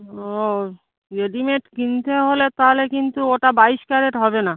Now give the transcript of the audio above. ও readymade কিনতে হলে তাহলে কিন্তু ওটা বাইশ ক্যারেট হবে না